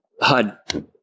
Hud